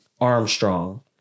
Armstrong